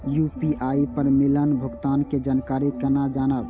UPI पर मिलल भुगतान के जानकारी केना जानब?